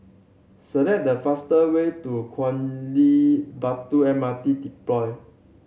select the faster way to Batu M R T